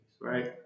right